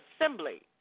assembly